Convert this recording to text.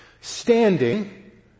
standing